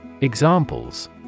Examples